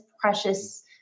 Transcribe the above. precious